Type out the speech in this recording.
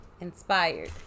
inspired